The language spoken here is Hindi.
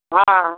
हाँ